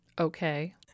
Okay